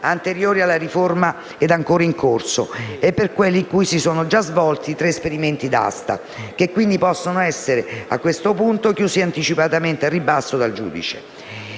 anteriore alla riforma ed ancora in corso, e per quelli in cui sono svolti tre esperimenti d'asta, che quindi possono essere chiusi anticipatamente al ribasso dal giudice;